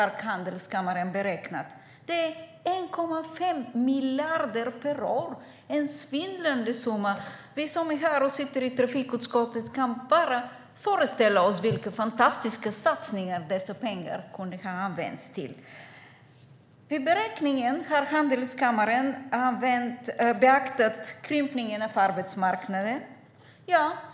Det blir 1,5 miljarder per år, en svindlande summa. Vi som sitter i trafikutskottet kan bara föreställa oss vilka fantastiska satsningar dessa pengar hade kunnat användas till. Vid beräkningen har Handelskammaren beaktat krympningen av arbetsmarknaden.